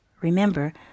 Remember